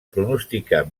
pronosticar